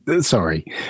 Sorry